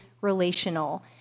relational